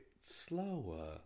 Slower